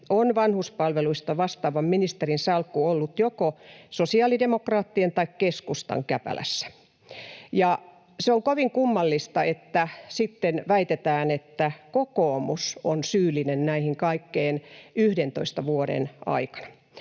on vanhuspalveluista vastaavan ministerin salkku ollut joko sosiaalidemokraattien tai keskustan käpälässä. On kovin kummallista, että sitten väitetään, että kokoomus on syyllinen tähän kaikkeen 11 vuoden aikana.